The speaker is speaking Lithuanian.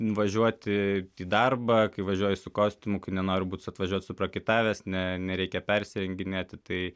važiuoti į darbą kai važiuoji su kostiumu kai nenori būt atvažiuot suprakaitavęs ne nereikia persirenginėti tai